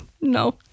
no